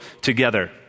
together